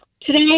today